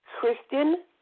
Kristen